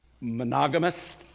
monogamous